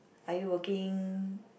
are you working